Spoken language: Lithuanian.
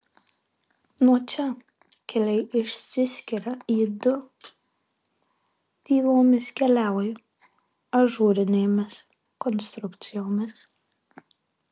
nuo čia keliai išsiskiria į du tylomis keliauju ažūrinėmis konstrukcijomis